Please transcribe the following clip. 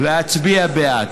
להצביע בעד.